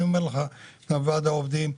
יו"ר ועד העובדים,